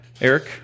Eric